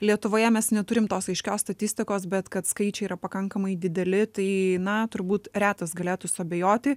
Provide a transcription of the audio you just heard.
lietuvoje mes neturim tos aiškios statistikos bet kad skaičiai yra pakankamai dideli tai na turbūt retas galėtų suabejoti